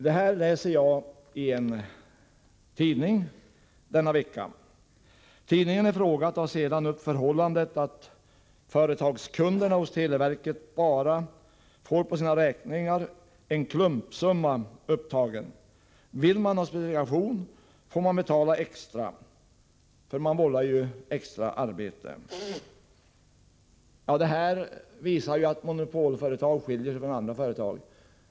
Det här läser jag i en tidning denna vecka. Tidningen i fråga tar sedan upp det förhållandet att televerkets räkningar till företagskunderna bara tar upp en klumpsumma. Vill man ha specifikation, får man betala extra — man vållar ju extra arbete. Detta visar att monopolföretag skiljer sig från andra företag.